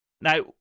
Now